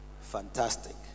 Fantastic